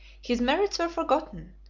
his merits were forgotten,